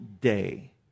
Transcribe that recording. day